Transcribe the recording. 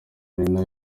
nina